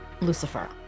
Lucifer